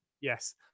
yes